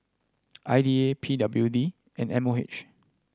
I D A P W D and M O H